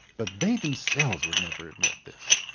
but they themselves would never admit this.